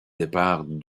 départ